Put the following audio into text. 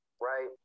right